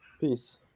Peace